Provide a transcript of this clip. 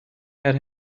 had